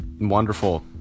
wonderful